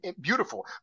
beautiful